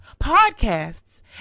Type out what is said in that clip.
podcasts